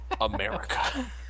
America